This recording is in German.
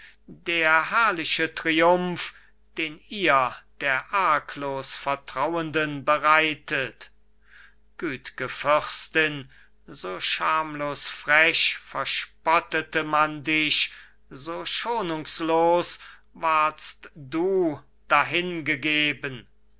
der herrliche triumph den ihr der arglos vertrauenden bereitet güt'ge fürstin so schamlos frech verspottete man dich so schonungslos wardst du dahingegeben